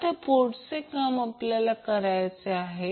आता पुढचे काम आपल्याला काय करायचे आहे